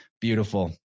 Beautiful